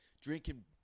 drinking